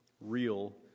real